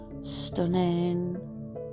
stunning